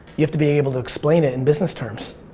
you have to be able to explain it in business terms.